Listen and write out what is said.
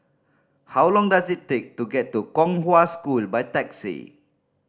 how long does it take to get to Kong Hwa School by taxi